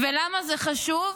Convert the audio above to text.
ולמה זה חשוב.